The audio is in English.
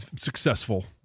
Successful